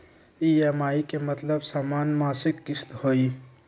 EMI के मतलब समान मासिक किस्त होहई?